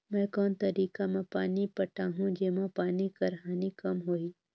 मैं कोन तरीका म पानी पटाहूं जेमा पानी कर हानि कम होही?